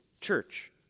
church